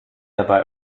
dabei